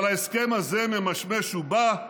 אבל ההסכם הזה ממשמש ובא.